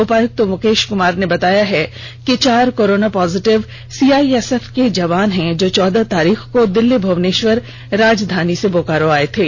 उपायुक्त मुकेश कुमार ने बताया है कि चार कोरोना पॉजिटिव सीआईएसएफ के जवान हैं जो चौदह तारीख को दिल्ली भुवनेश्वर राजधानी से बोकारो आए थे